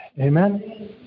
Amen